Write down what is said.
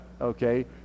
okay